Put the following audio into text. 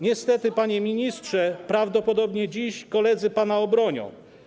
Niestety, panie ministrze, prawdopodobnie dziś koledzy pana obronią.